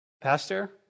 Pastor